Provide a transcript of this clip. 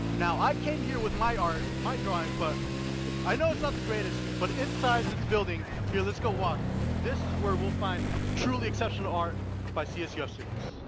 now i came here with my art my drawing but i know it's not the greatest but inside this building here let's go walk this is where we'll find truly exceptional art by csu students.